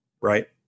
right